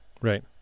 Right